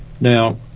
Now